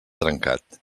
trencat